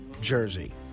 Jersey